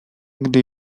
gdy